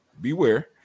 Beware